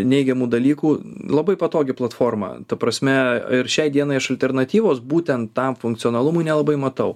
neigiamų dalykų labai patogi platforma ta prasme ir šiai dienai aš alternatyvos būtent tam funkcionalumui nelabai matau